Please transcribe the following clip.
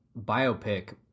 biopic